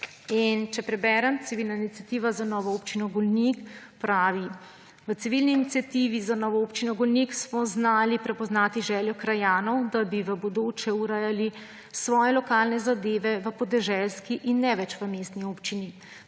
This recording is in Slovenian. če preberem, civilna iniciativa za novo Občino Golnik pravi: »V civilni iniciativi za novo Občino Golnik smo znali prepoznati željo krajanov, da bi v bodoče urejali svoje lokalne zadeve v podeželski in ne več v mestni občini.